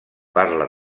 parla